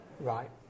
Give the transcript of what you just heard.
Right